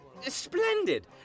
Splendid